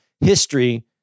history